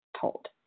told